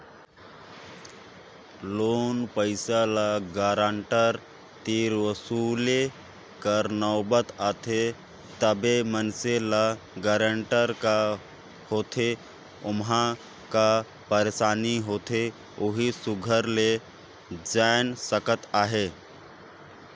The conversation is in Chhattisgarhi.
लोन पइसा ल गारंटर तीर वसूले कर नउबत आथे तबे मइनसे ल गारंटर का होथे ओम्हां का पइरसानी होथे ओही सुग्घर ले जाएन सकत अहे